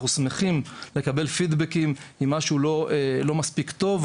אנחנו שמחים לקבל פידבקים אם משהו לא מספיק טוב,